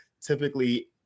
typically